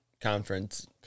Conference